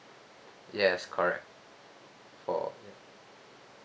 yes correct for